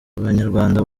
banyarwanda